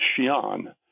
Xi'an